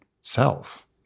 self